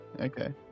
Okay